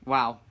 Wow